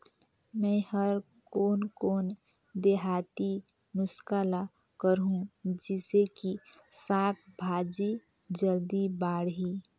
मै हर कोन कोन देहाती नुस्खा ल करहूं? जिसे कि साक भाजी जल्दी बाड़ही?